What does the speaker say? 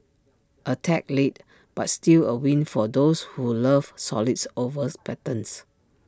A tad late but still A win for those who love solids overs patterns